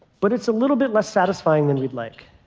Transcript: but it's a little bit less satisfying than we'd like.